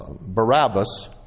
Barabbas